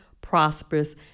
prosperous